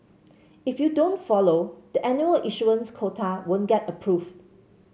if you don't follow the annual issuance quota won't get approved